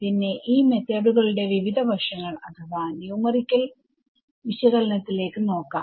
പിന്നെ ഈ മെതോഡുകളുടെ വിവിധ വശങ്ങൾ അഥവാ ന്യൂമറിക്കൽ ന്യൂമറിക്കൽ വിശകലനത്തിലേക്ക് നോക്കാം